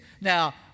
now